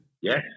Yes